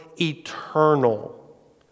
eternal